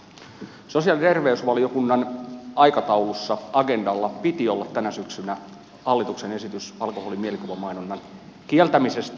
sosiaali ja terveysvaliokunnan aikataulussa agendalla piti olla tänä syksynä hallituksen esitys alkoholin mielikuvamainonnan kieltämisestä